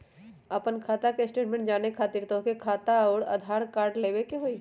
आपन खाता के स्टेटमेंट जाने खातिर तोहके खाता अऊर आधार कार्ड लबे के होइ?